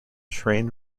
train